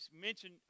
mention